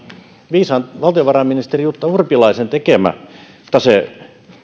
viisaan valtiovarainministerin jutta urpilaisen tekemä tasetesti